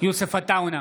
יוסף עטאונה,